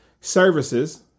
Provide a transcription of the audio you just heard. services